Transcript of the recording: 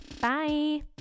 Bye